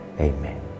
Amen